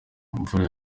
imvura